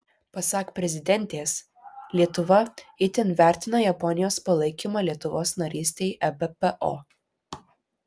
pasak prezidentės lietuva itin vertina japonijos palaikymą lietuvos narystei ebpo